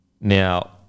Now